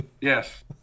yes